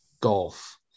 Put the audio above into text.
golf